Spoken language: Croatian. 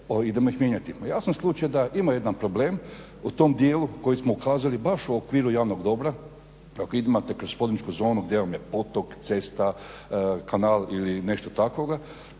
idemo ih mijenjati. Pa jasan slučaj da ima jedan problem u tom djelu koji smo ukazali baš u okviru javnog dobra ako imate kroz poduzetničku zonu gdje vam je potok, cesta, kanal ili nešto takvoga